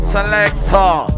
Selector